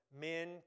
...men